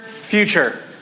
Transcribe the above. future